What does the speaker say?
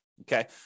Okay